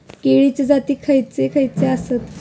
केळीचे जाती खयचे खयचे आसत?